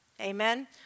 Amen